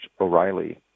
O'Reilly